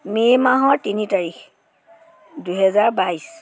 মে' মাহৰ তিনি তাৰিখ দুই হেজাৰ বাইছ